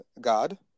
God